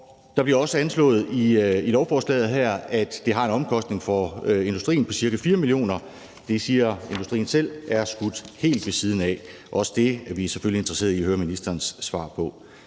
det bliver også i lovforslaget her anslået, at det har en omkostning for industrien på ca. 4 mio. kr. Det siger industrien selv er skudt helt ved siden af. Også det er vi selvfølgelig interesserede i at høre ministerens svar på.